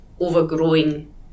overgrowing